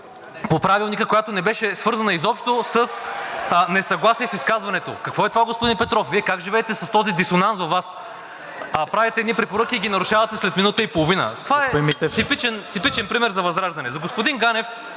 по Правилника, която не беше свързана изобщо с несъгласие с изказването. Какво е това, господин Петров?! Вие как живеете с този дисонанс във Вас?! Правите едни препоръки и ги нарушавате след минута и половина. Това е типичен пример за ВЪЗРАЖДАНЕ. За господин Ганев